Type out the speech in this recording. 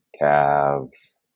Calves